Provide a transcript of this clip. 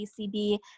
ACB